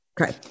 Okay